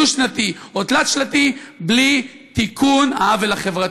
דו-שנתי או תלת-שנתי בלי תיקון העוול החברתי.